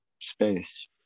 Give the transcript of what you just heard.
space